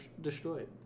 destroyed